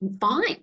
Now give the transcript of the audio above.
fine